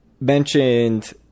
mentioned